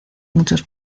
muchos